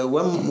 one